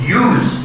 use